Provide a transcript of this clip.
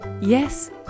Yes